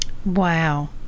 Wow